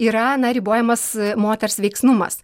yra na ribojamas moters veiksnumas